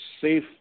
safe